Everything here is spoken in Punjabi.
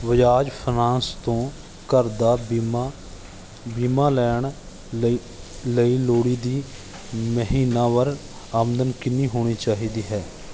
ਬਜਾਜ ਫਾਈਨੈਂਸ ਤੋਂ ਘਰ ਦਾ ਬੀਮਾ ਬੀਮਾ ਲੈਣ ਲਈ ਲਈ ਲੋੜੀਂਦੀ ਮਹੀਨਾਵਾਰ ਆਮਦਨ ਕਿੰਨੀ ਹੋਣੀ ਚਾਹੀਦੀ ਹੈ